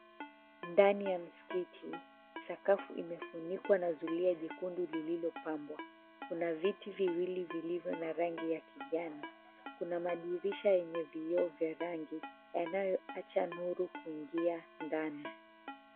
Ndani ya msikiti. Sakafu imefunikwa na zulia jekundu lililopambwa. Kuna viti viwili vilivyo na rangi ya kijani, kuna madirisha yenye vioo vya rangi, yanayoacha nuru kuingia ndani.